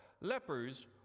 lepers